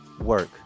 work